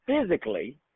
physically